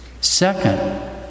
Second